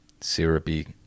syrupy